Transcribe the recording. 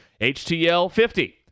HTL50